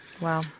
Wow